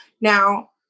Now